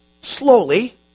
slowly